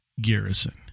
garrison